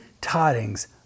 tidings